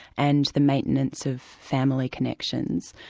and the maintenance of family connections.